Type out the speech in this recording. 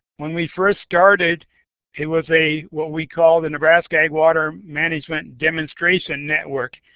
when we first started it was a what we call the nebraska ag. water management demonstration network.